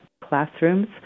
classrooms